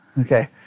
Okay